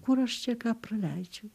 kur aš čia ką praleidžiu